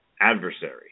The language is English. adversary